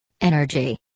Energy